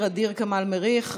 ע'דיר כמאל מריח,